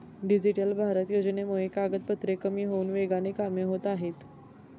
digital Bharat योजनेमुळे कागदपत्रे कमी होऊन वेगाने कामे होत आहेत